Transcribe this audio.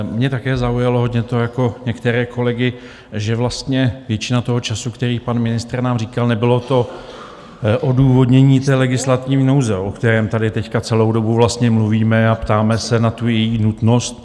Mě také zaujalo hodně jako některé kolegy to, že vlastně většina toho času, který pan ministr nám říkal, nebylo to odůvodnění té legislativní nouze, o kterém tady teď celou dobu vlastně mluvíme, a ptáme se na tu její nutnost.